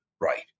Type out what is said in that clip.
Right